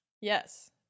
Yes